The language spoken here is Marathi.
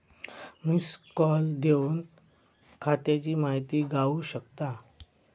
मिस्ड कॉल देवन खात्याची माहिती गावू शकता